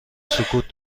سکوت